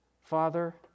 Father